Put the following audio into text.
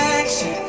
action